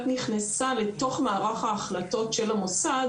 נכנסה לתוך מערך ההחלטות של המוסד,